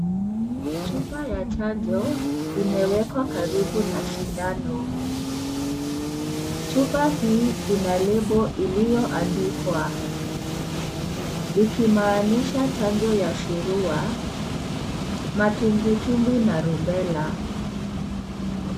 Chupa ya chanjo, imewekwa karibu na sindano. Chupa hii ina lebo iliyoandikwa. Ikimaanisha, chanjo ya surua, matumbwitumwi na rubela.